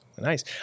nice